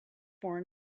born